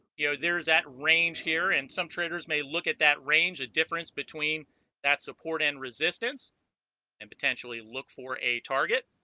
you know there's that range here and some traders may look at that range a difference between that support and resistance and potentially look for a target